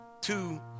two